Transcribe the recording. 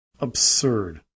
absurd